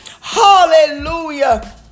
Hallelujah